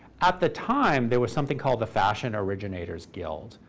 at the time, there was something called the fashion originators' guild,